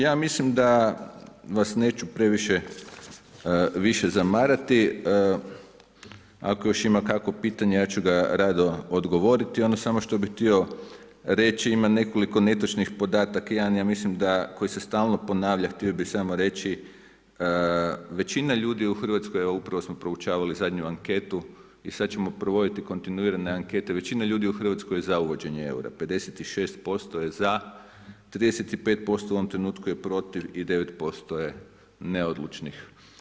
Ja mislim da vas neću previše zamarati, ako još ima kakvo pitanje, ja ću ga rado odgovoriti, ono samo što bi htio reći, ima nekoliko netočnih podataka, jedan ja mislim koji se stalno ponavlja, htio bi samo reći, većina ljudi u Hrvatskoj a upravo smo proučavali zadnju anketu, i sad ćemo provoditi kontinuirane ankete, većina ljudi u Hrvatskoj je za uvođenje eura, 56% je za, 35% je u ovom trenutku je protiv i 9% je neodlučnih.